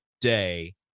day